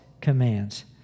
commands